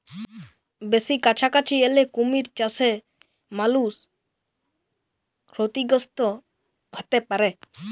বেসি কাছাকাছি এলে কুমির চাসে মালুষ ক্ষতিগ্রস্ত হ্যতে পারে